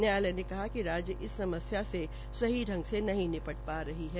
न्यायालय ने कहा कि राज्य इस समस्या से सही ांग से नहीं निपट पर रहे है